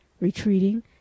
retreating